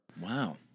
Wow